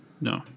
no